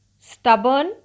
stubborn